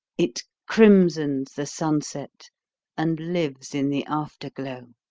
it crimsons the sunset and lives in the afterglow.